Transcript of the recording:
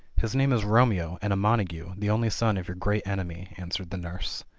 his name is romeo, and a montagu, the only son of your great enemy, answered the nurse.